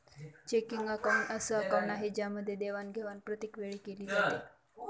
checking account अस account आहे ज्यामध्ये देवाणघेवाण प्रत्येक वेळी केली जाते